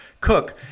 cook